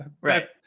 right